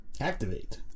activate